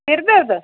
सिर दर्द